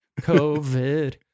COVID